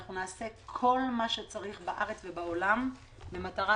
ואנחנו נעשה כל מה שצריך בארץ ובעולם במטרה